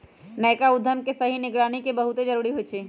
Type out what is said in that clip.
नयका उद्यम के सही निगरानी के बहुते जरूरी होइ छइ